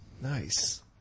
Nice